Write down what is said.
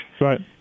Right